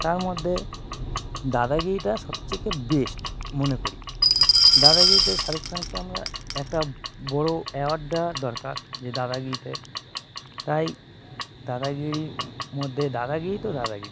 তার মধ্যে দাদাগিরিটা সবথেকে বেস্ট মনে করি দাদাগিরিতে শাহরুখানকে আমরা একটা বড় অ্যাওয়ার্ড দেওয়া দরকার যে দাদাগিরিতে তাই দাদাগিরির মধ্যে দাদাগিরি তো দাদাগিরি